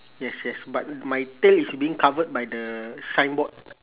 yes yes but my tail is being covered by the signboard